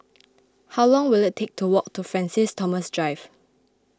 how long will it take to walk to Francis Thomas Drive